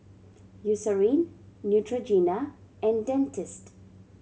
Eucerin Neutrogena and Dentiste